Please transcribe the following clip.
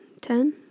ten